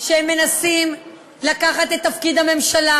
שמנסים לקחת את תפקיד הממשלה,